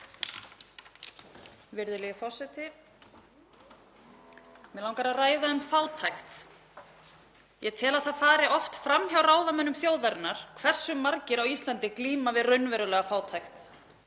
Virðulegi forseti. Mig langar að ræða um fátækt. Ég tel að það fari oft fram hjá ráðamönnum þjóðarinnar hversu margir á Íslandi glíma við raunverulega fátækt.